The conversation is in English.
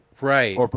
Right